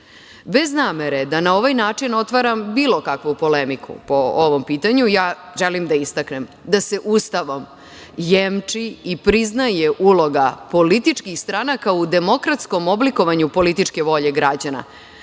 namere da na ovaj način otvaram bilo kakvu polemiku po ovom pitanju, želim da istaknem da se Ustavom jemči i priznaje uloga političkih stranaka u demokratskom oblikovanju političke volje građana,